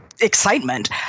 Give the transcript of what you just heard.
excitement